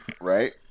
right